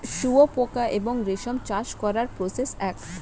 শুয়োপোকা এবং রেশম চাষ করার প্রসেস এক